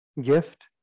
gift